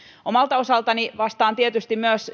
omalta osaltani vastaan tietysti myös